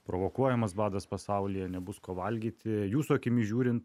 provokuojamas badas pasaulyje nebus ko valgyti jūsų akimis žiūrint